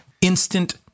Instant